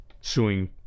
suing